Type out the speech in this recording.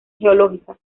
geológica